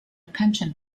pension